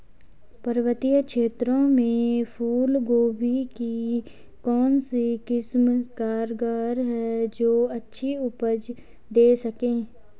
पर्वतीय क्षेत्रों में फूल गोभी की कौन सी किस्म कारगर है जो अच्छी उपज दें सके?